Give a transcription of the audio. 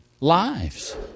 Lives